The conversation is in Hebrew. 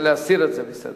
זה להסיר את זה מסדר-היום.